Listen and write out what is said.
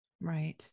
Right